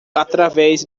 através